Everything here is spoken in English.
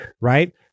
right